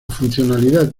funcionalidad